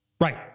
Right